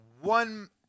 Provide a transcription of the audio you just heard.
one